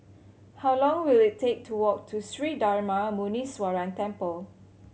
how long will it take to walk to Sri Darma Muneeswaran Temple